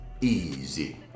Easy